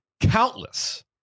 countless